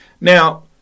Now